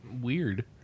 weird